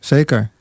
Zeker